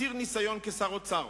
עתיר ניסיון כשר האוצר